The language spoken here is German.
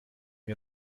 wir